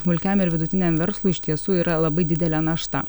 smulkiam ir vidutiniam verslui iš tiesų yra labai didelė našta